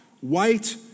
white